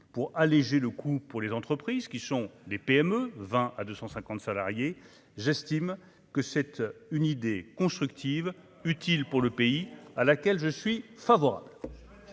pour alléger le coût pour les entreprises qui sont les PME 20 à 250 salariés. J'estime que cette une idée constructive utile pour le pays, à laquelle je suis favorable